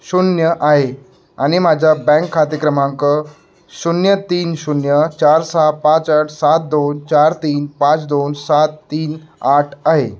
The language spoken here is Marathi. शून्य आहे आणि माझा बँक खाते क्रमांक शून्य तीन शून्य चार सहा पाच आठ सात दोन चार तीन पाच दोन सात तीन आठ आहे